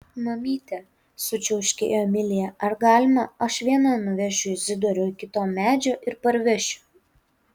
mamyte sučiauškėjo emilija ar galima aš viena nuvešiu izidorių iki to medžio ir parvešiu